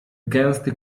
gęsty